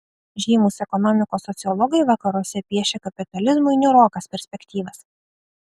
žymūs ekonomikos sociologai vakaruose piešia kapitalizmui niūrokas perspektyvas